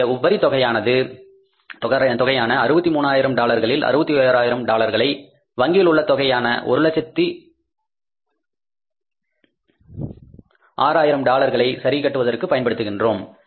நம்முடைய உபரி தொகையான 63 ஆயிரம் டாலர்களில் 61 ஆயிரம் டாலர்களை வங்கியில் உள்ள தொகையான 106000 டாலர்களை சரி கட்டுவதற்காக பயன்படுத்துகின்றோம்